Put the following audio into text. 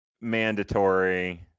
mandatory